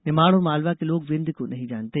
निमाड़ और मालवा के लोग विंध्य को नहीं जानते